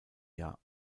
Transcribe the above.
jahr